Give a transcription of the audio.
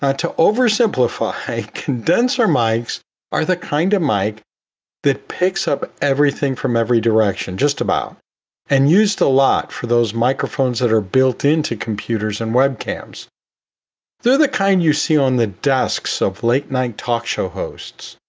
to oversimplify, condenser mics are the kind of mic that picks up everything from every direction just about and used a lot for those microphones that are built into computers and webcams. they're the kind you see on the desks of late night talk show hosts,